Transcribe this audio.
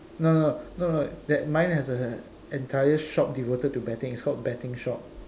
no no no no that mine has an entire shop devoted to betting it's called betting shop